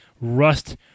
Rust